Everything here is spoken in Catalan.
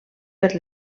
per